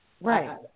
right